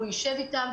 הוא ישב איתם,